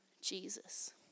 Jesus